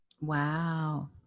Wow